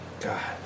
God